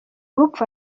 urupfu